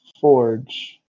Forge